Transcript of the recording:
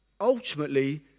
ultimately